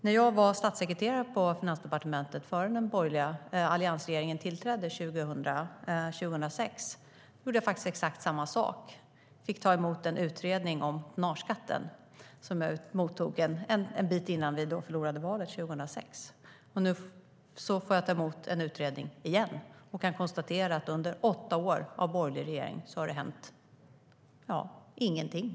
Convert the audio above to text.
När jag var statssekreterare på Finansdepartementet 2006 innan den borgerliga alliansregeringen tillträdde gjorde jag faktiskt exakt samma sak. Jag tog emot en utredning om tonnageskatten. Nu tog jag emot en utredning igen och kan konstatera att det under åtta år med borgerlig regering inte har hänt någonting.